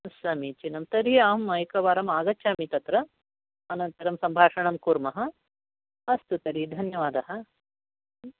समीचीनं तर्हि अहम् एकवारम् आगच्छामि तत्र अनन्तरं सम्भाषणं कुर्म अस्तु तर्हि धन्यवाद